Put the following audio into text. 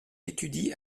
étudie